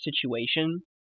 situation